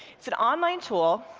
it's an online tool,